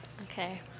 okay